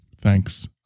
Thanks